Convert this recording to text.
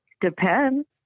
depends